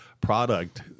product